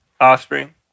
offspring